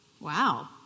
Wow